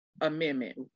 Amendment